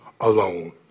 alone